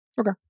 Okay